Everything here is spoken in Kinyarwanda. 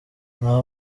nta